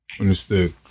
understood